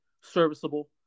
serviceable